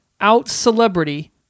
out-celebrity